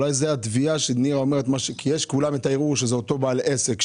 אולי זה התביעה שנירה אומרת כי יש את הערעור שזה אותו בעל עסק,